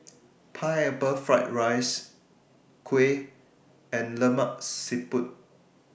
Pineapple Fried Rice Kuih and Lemak Siput